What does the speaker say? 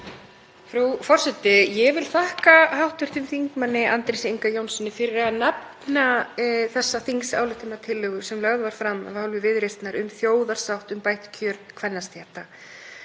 Frú forseti. Ég vil þakka hv. þm. Andrési Inga Jónssyni fyrir að nefna þessa þingsályktunartillögu sem lögð var fram af hálfu Viðreisnar um þjóðarsátt um bætt kjör kvennastétta.